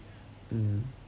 mm